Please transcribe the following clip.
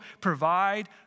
provide